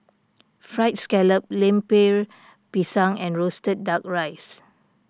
Fried Scallop Lemper Pisang and Roasted Duck Rice